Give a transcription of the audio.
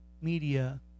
media